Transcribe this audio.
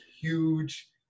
huge